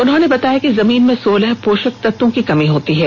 उन्होंने बताया कि जमीन में सोलह पोषक तत्वों की कमी होती है